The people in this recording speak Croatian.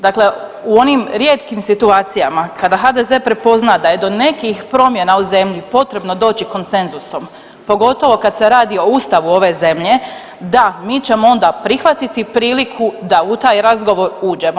Dakle u onim rijetkim situacijama kada HDZ prepozna da je do nekih promjena u zemlji potrebno doći konsenzusom, pogotovo kada se radi o Ustavu ove zemlje, da, mi ćemo onda prihvatiti priliku da u taj razgovor uđemo.